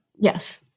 Yes